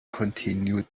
continued